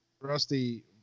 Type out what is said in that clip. Rusty